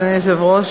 אדוני היושב-ראש,